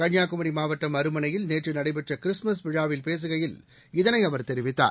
கள்ளியாகுமரி மாவட்டம் அருமனையில் நேற்று நடைபெற்ற கிறிஸ்தும்ஸ் விழாவில் பேசுகையில் இதனை அவர் தெரிவித்தார்